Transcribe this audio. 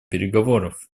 переговоров